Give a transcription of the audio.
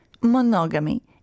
Monogamy